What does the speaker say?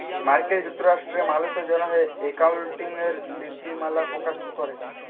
মার্কিল যুক্তরাষ্ট্রে মালুসের জ্যনহে একাউল্টিংয়ের লিতিমালা পকাশ ক্যরে